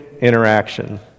interaction